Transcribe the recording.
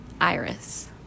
iris